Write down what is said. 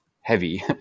heavy